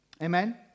Amen